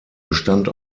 bestand